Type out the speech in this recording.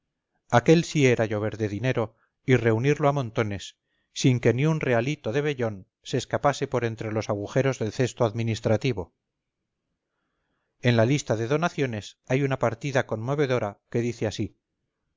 aquel sí era llover de dinero y reunirlo a montones sin que ni un realito de vellón se escapase por entre los agujeros del cesto administrativo en la lista de donaciones hay una partida conmovedora que dice así